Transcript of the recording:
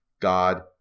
God